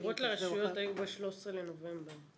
בחירות לרשויות היו ב-13 בנובמבר.